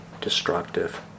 destructive